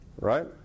Right